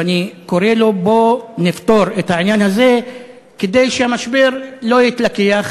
ואני קורא לו: בוא נפתור את העניין הזה כדי שהמשבר לא יתלקח,